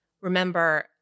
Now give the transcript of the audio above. remember